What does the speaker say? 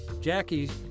Jackie